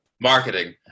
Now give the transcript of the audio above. marketing